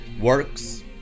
works